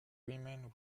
women